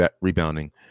rebounding